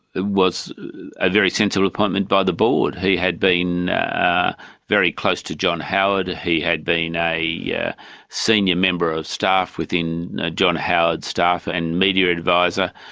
was a very sensible appointment by the board. he had been very close to john howard, he had been a yeah senior member of staff within john howard's staff, and media adviser.